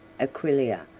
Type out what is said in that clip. aquileia,